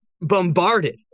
bombarded